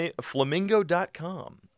Flamingo.com